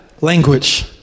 language